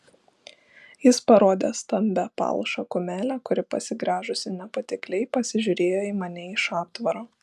jis parodė stambią palšą kumelę kuri pasigręžusi nepatikliai pasižiūrėjo į mane iš aptvaro